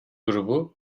grubu